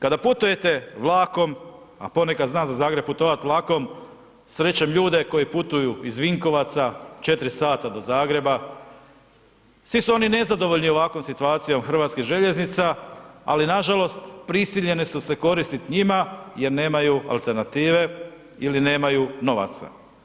Kada putujete vlakom, a ponekad znam za Zagreb putovati vlakom, srećem ljude koji putuju iz Vinkovaca, 4 sata do Zagreba, svi su oni nezadovoljni ovakvom situacijom HŽ-a, ali nažalost prisiljeni su se koristiti njima jer nemaju alternative ili nemaju novaca.